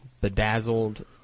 bedazzled